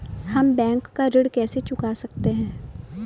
हम बैंक का ऋण कैसे चुका सकते हैं?